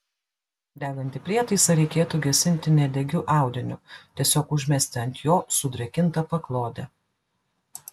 degantį prietaisą reikėtų gesinti nedegiu audiniu tiesiog užmesti ant jo sudrėkintą paklodę